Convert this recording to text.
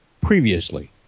previously